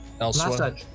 Elsewhere